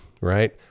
right